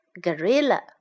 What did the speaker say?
Gorilla